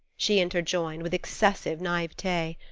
she interjoined, with excessive naivete.